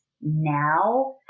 now